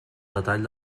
detall